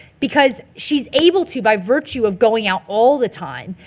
because she's able to, by virtue of going out all the time,